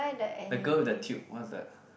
the girl with the tube what's that